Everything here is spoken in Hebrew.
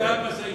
נהג משאית.